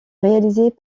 réalisés